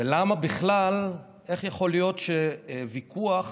ואיך יכול להיות שוויכוח